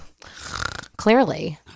Clearly